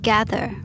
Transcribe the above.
Gather